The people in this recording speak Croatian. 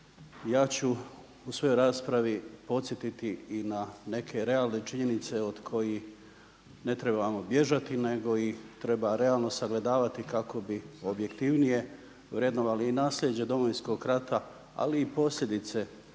ja ću u svojoj raspravi podsjetiti i na neke realne činjenice od kojih ne trebamo bježati nego ih treba realno sagledavati kako bi objektivnije vrednovali i nasljeđe Domovinskog rata, ali i posljedice